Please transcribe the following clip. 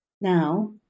Now